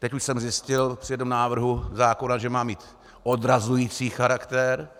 Teď už jsem zjistil při tom návrhu zákona, že má mít odrazující charakter.